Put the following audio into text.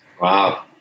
Wow